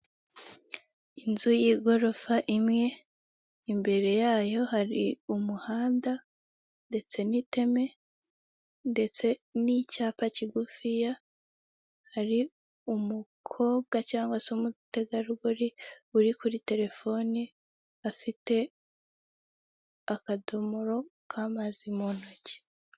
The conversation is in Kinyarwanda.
Twiga cyangwa se twiga simenti aya n'amakamyo yabugenewe aba agomba kuzatwara ibikorwa bya twiga, birimo cement akaba ari campany cyangwa se kompanyi i ikorera muri tanzania, bakaba bakora mu mu buryo mpuzamahanga bajyana ama simenti, mu bihugu bitandukanye ndetse no mu gihugu cyabo cya Tanzania.